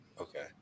okay